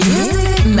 Music